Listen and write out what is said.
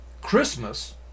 Christmas